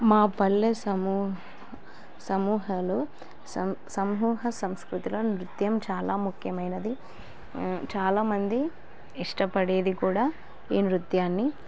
మా పల్లె సమూ సమూహంలో స సమూహ సంస్కృతిలో నృత్యం చాలా ముఖ్యమైనది చాలామంది ఇష్టపడేది కూడా ఈ నృత్యాన్ని